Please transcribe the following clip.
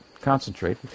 concentrate